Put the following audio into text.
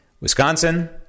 Wisconsin